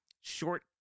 short